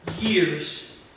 years